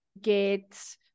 get